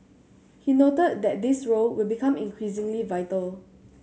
he noted that this role will become increasingly vital